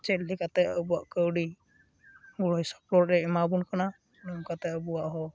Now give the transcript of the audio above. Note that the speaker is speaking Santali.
ᱪᱮᱫ ᱞᱮᱠᱟᱛᱮ ᱟᱵᱚᱣᱟᱜ ᱠᱟᱹᱣᱰᱤ ᱜᱚᱲᱚ ᱥᱚᱯᱚᱦᱚᱫᱮ ᱮᱢᱟ ᱵᱚᱱ ᱠᱟᱱᱟ ᱱᱚᱝᱠᱟᱛᱮ ᱟᱵᱚᱣᱟᱜ ᱦᱚᱸ